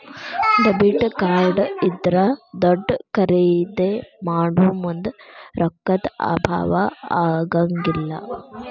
debit card ಇದ್ರಾ ದೊಡ್ದ ಖರಿದೇ ಮಾಡೊಮುಂದ್ ರೊಕ್ಕಾ ದ್ ಅಭಾವಾ ಆಗಂಗಿಲ್ಲ್